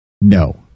No